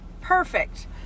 Perfect